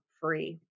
free